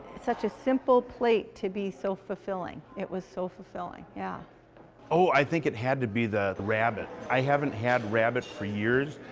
such a simple plate to be so fulfilling. it was so fulfilling. yeah oh i think it had to be the rabbit. i haven't had rabbit for years.